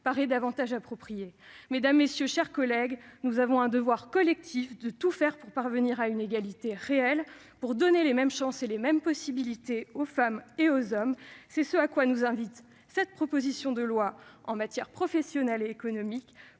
paraît donc plus appropriée. Mes chers collègues, nous avons un devoir collectif : tout faire pour parvenir à une égalité réelle en donnant les mêmes chances et les mêmes possibilités aux femmes et aux hommes. C'est ce à quoi nous invite cette proposition de loi en matière professionnelle et économique.